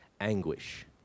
anguish